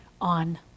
on